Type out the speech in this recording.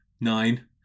nine